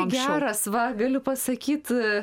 geras va galiu pasakyt